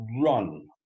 run